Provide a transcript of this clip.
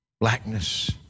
blackness